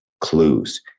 clues